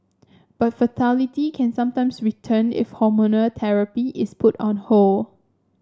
but fertility can sometimes return if hormonal therapy is put on hold